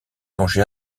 songé